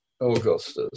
Augustus